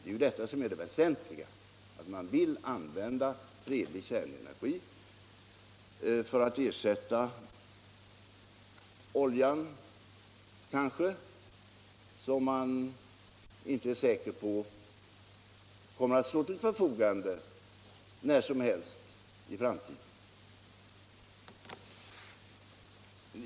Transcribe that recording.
Det väsentliga är ju att man vill fredligt använda kärnenergin för att kanske ersätta oljan, som man inte är säker på kommer att stå till förfogande när som helst i framtiden.